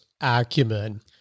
acumen